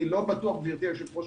אני לא בטוח, גברתי היושבת-ראש,